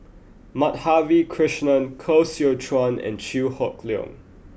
Madhavi Krishnan Koh Seow Chuan and Chew Hock Leong